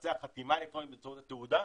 לבצע חתימה אלקטרונית באמצעות ה תעודה,